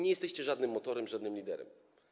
Nie jesteście żadnym motorem, żadnym liderem.